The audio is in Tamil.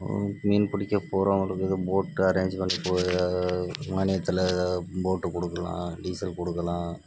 மீன் பிடிக்க போறவங்களுக்கு இது போட்டு அரேஞ்ச் பண்ணி போ மானியத்தில் ஏதாது போட்டுக் கொடுக்கலாம் டீசல் கொடுக்கலாம்